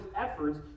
efforts